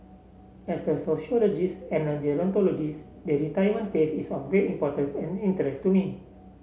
as a sociologist and a gerontologist the retirement phase is a very importance and interest to me